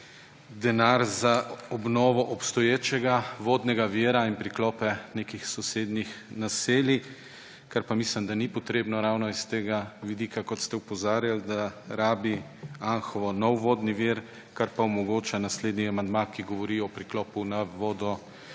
denar za obnovo obstoječega vodnega vira in priklope nekih sosednih naselij, kar pa misim, da ni potrebno ravno s tega vidika, kot ste opozarjali, da rabi Anhovo nov vodni vir, kar pa omogoča naslednji amandma, ki govori o priklopu na